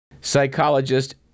Psychologist